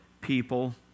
people